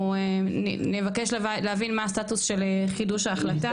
אנחנו נבקש להבין מה הסטטוס של חידוש ההחלטה.